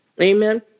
Amen